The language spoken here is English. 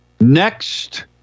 Next